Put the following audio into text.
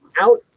out